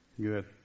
Good